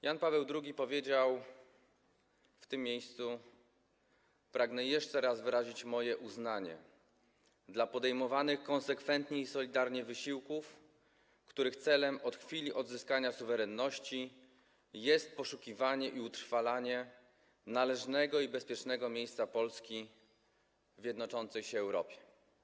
Jan Paweł II powiedział w tym miejscu: „Pragnę jeszcze raz wyrazić moje uznanie dla podejmowanych konsekwentnie i solidarnie wysiłków, których celem od chwili odzyskania suwerenności jest poszukiwanie i utrwalanie należnego i bezpiecznego miejsca Polski w jednoczącej się Europie”